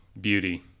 beauty